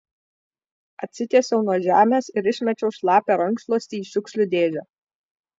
atsitiesiau nuo žemės ir išmečiau šlapią rankšluostį į šiukšlių dėžę